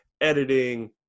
editing